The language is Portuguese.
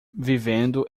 vivendo